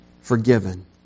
Forgiven